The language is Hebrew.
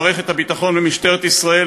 מערכת הביטחון למשטרת ישראל,